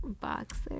Boxer